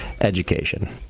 education